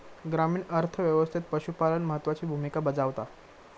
ग्रामीण अर्थ व्यवस्थेत पशुपालन महत्त्वाची भूमिका बजावता